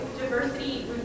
diversity